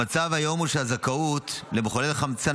המצב כיום הוא שהזכאות למחוללי חמצן